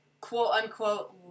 quote-unquote